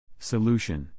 solution 。